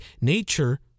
Nature